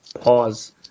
Pause